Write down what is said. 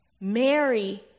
Mary